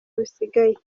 busigaye